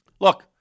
look